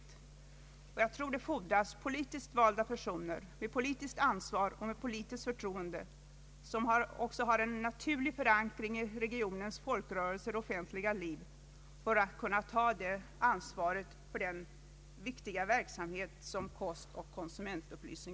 De som har ansvar för denna viktiga verksamhet bör vara politiskt valda personer med politiskt ansvar och politiskt förtroende, personer som har en naturlig förankring i regionens folkrörelser och offentliga liv.